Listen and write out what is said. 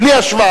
בלי השוואה.